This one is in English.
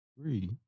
Three